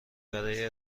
برای